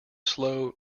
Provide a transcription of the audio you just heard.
slow